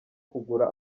kugura